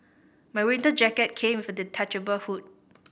my winter jacket came with a detachable hood